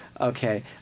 Okay